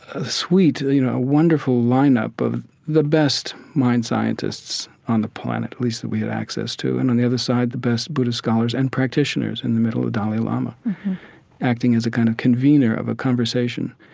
a sweet, you know, wonderful lineup of the best mind scientists on the planet at least that we had access to, and on the other side, the best buddhist scholars and practitioners, in the middle the dalai lama acting as a kind of convener of a conversation.